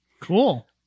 Cool